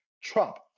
Trump